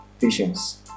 patience